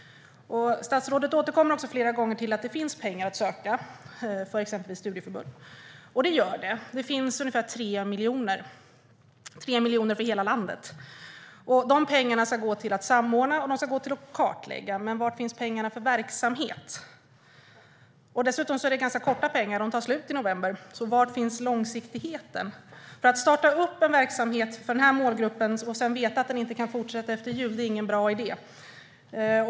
Statsrådet återkommer flera gånger till att det finns pengar att söka för exempelvis studieförbund; och det gör det. Det finns ungefär 3 miljoner för hela landet. Dessa pengar ska gå till att samordna och till att kartlägga. Men var finns pengarna för verksamhet? Dessutom är det ganska korta pengar. De tar slut i november. Var finns långsiktigheten? Att starta en verksamhet för den här målgruppen och veta att den inte kan fortsätta efter jul är nämligen ingen bra idé.